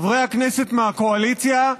חברי הכנסת מהקואליציה,